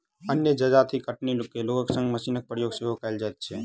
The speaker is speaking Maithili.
अन्य जजाति कटनी मे लोकक संग मशीनक प्रयोग सेहो कयल जाइत अछि